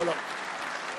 לא, לא.